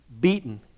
beaten